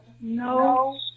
No